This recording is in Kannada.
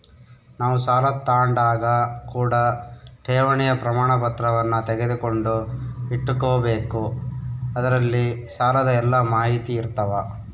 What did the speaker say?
ನಾವು ಸಾಲ ತಾಂಡಾಗ ಕೂಡ ಠೇವಣಿಯ ಪ್ರಮಾಣಪತ್ರವನ್ನ ತೆಗೆದುಕೊಂಡು ಇಟ್ಟುಕೊಬೆಕು ಅದರಲ್ಲಿ ಸಾಲದ ಎಲ್ಲ ಮಾಹಿತಿಯಿರ್ತವ